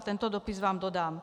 Tento dopis vám dodám.